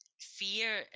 fear